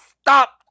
Stop